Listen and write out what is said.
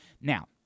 now